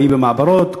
חיו במעברות,